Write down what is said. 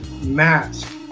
mask